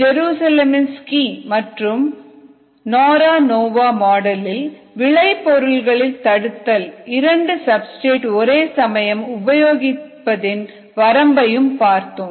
ஜெருசலேம்ஸ்கி மற்றும் நேரோநோவா மாடலில் விளை பொருள்களின் தடுத்தல் இரண்டு சப்ஸ்டிரேட் ஒரேசமயம் உபயோகிப்பதன் வரம்பையும் பார்த்தோம்